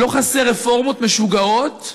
לא חסרות רפורמות משוגעות,